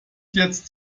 jetzt